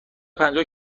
پنجاه